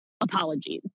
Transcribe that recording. apologies